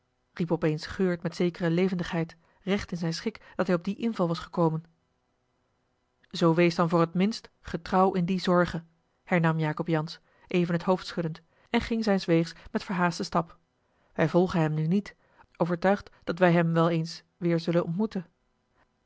op eens geurt met zekere levendigheid recht in zijn schik dat hij op dien inval was gekomen zoo wees dan voor t minst getrouw in die zorge hernam jacob jansz even het hoofd schuddend en ging zijns weegs met verhaasten stap wij volgen hem nu niet overtuigd dat wij hem wel eens weêr zullen ontmoeten